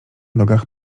nogach